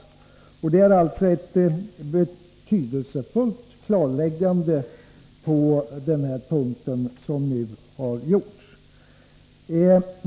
Det är alltså ett betydelsefullt klarläggande på den här punkten som nu har gjorts.